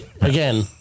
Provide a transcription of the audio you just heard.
again